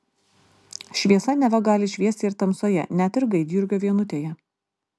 šviesa neva gali šviesti ir tamsoje net ir gaidjurgio vienutėje